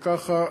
וככה,